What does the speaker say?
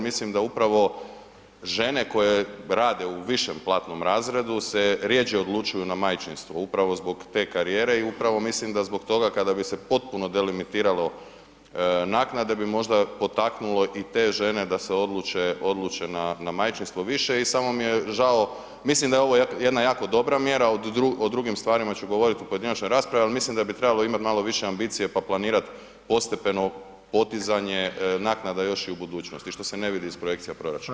Mislim da upravo žene koje rade u višem platnom razredu se rjeđe odlučuju na majčinstvo upravo zbog te karijere i upravo mislim da zbog toga, kad bi se potpuno delimitiralo naknade da bi možda potaknulo i te žene da se odluče na majčinstvo više i samo mi je žao, mislim da je ovo jedna jako dobra mjera, o drugim stvarima ću govoriti u pojedinačnoj raspravi, ali mislim da bi trebalo imati malo više ambicije pa planirati postepeno podizanje naknada još i u budućnosti, što se ne vidi iz projekcija proračuna.